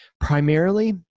Primarily